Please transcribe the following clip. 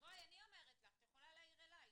--- אני אומרת לך, את יכולה להעיר אלי.